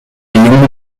jungen